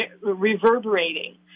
reverberating